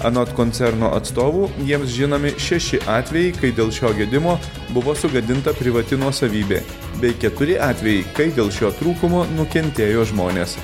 anot koncerno atstovų jiems žinomi šeši atvejai kai dėl šio gedimo buvo sugadinta privati nuosavybė bei keturi atvejai kai dėl šio trūkumo nukentėjo žmonės